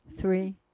three